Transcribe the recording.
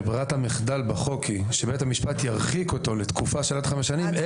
ברירת המחדל בחוק היא שבית המשפט ירחיק אותו לתקופה של עד חמש שנים,